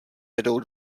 vedou